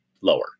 lower